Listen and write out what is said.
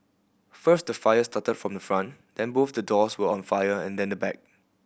first the fire started from front then both the doors were on fire and then the back